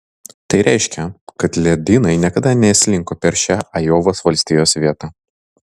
tai reiškia kad ledynai niekada neslinko per šią ajovos valstijos vietą